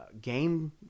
game